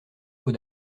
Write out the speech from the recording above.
pot